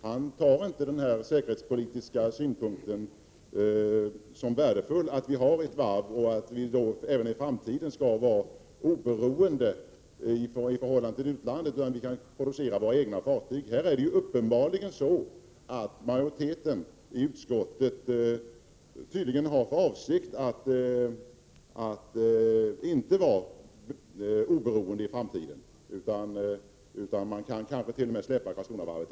Han betraktar inte den säkerhetspolitiska synpunkten som värdefull — att vi har ett varv och att vi även i framtiden skall vara oberoende i förhållande till utlandet och kunna producera våra egna fartyg. Det är uppenbarligen så, att majoriteten i utskottet har för avsikt att inte vara oberoende i framtiden — man kan kanske t.o.m. släppa Karlskronavarvet.